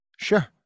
Sure